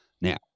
now